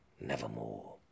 nevermore